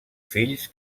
fills